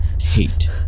Hate